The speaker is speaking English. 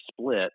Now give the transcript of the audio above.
split